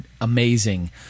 amazing